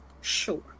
Sure